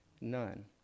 None